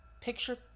Picture